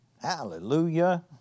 Hallelujah